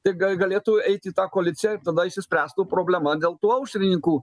tai galėtų eit į tą koaliciją ir tada išsispręstų problema dėl tų aušrininkų